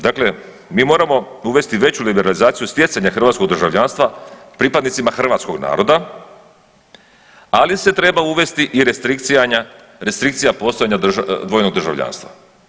Dakle, mi moramo uvesti veću liberalizaciju stjecanja hrvatskog državljanstva pripadnicima hrvatskog naroda, ali se treba uvesti i restrikcija postojanja dvojnog državljanstva.